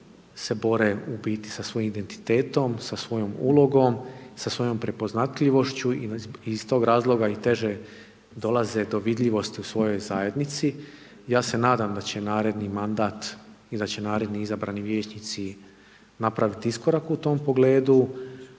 se bore u biti sa svojim identitetom, sa svojom ulogom, sa svojom prepoznatljivošću i iz toga razloga i teže dolaze do vidljivosti u svojoj zajednici. Ja se nadam da će naredni mandat i da će naredni izabrani vijećnici napravit iskorak u tom pogledu